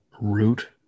root